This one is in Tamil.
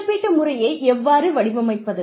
இழப்பீட்டு முறையை எவ்வாறு வடிவமைப்பது